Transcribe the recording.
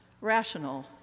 rational